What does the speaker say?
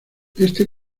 este